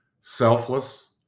selfless